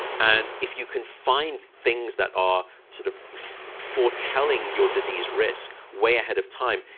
and if you can find things that are sort of foretelling your disease risk way ahead of time,